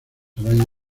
arañas